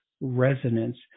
resonance